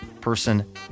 person